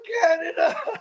Canada